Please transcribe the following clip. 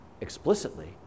explicitly